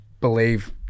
believe